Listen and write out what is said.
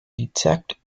detect